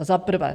Za prvé.